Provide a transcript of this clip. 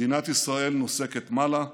מדינת ישראל נוסקת מעלה,